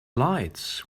lights